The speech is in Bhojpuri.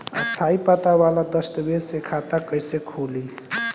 स्थायी पता वाला दस्तावेज़ से खाता कैसे खुली?